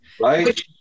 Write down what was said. Right